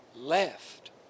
left